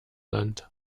land